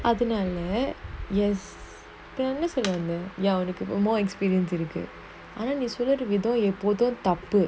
other than that நான்என்னசொல்லவந்தேன்:nan enna solla vandhen more experience இருக்கு:irukku important topic